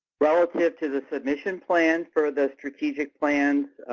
relative to the submission plan for the strategic plans,